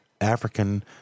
African